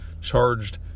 charged